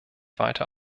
weiter